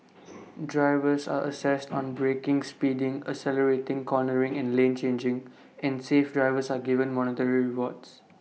drivers are assessed on braking speeding accelerating cornering and lane changing and safe drivers are given monetary rewards